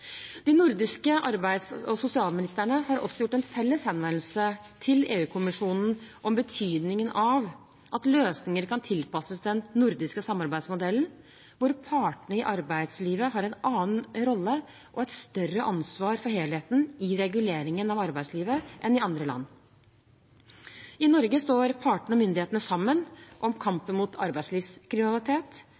De nordiske arbeids- og sosialministrene har også kommet med en felles henvendelse til EU-kommisjonen om betydningen av at løsninger kan tilpasses den nordiske samarbeidsmodellen, hvor partene i arbeidslivet har en annen rolle og et større ansvar for helheten i reguleringene av arbeidslivet enn i andre land. I Norge står partene og myndighetene sammen om kampen mot arbeidslivskriminalitet.